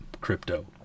crypto